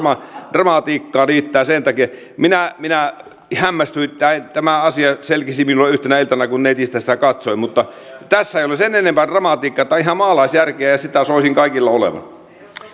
dramatiikkaa riittää sen takia minä minä hämmästyin tämä asia selkisi minulle yhtenä iltana kun netistä sitä katsoin mutta tässä ei ole sen enempää dramatiikkaa tämä on ihan maalaisjärkeä ja ja sitä soisin kaikilla olevan